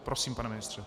Prosím, pane ministře.